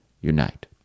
unite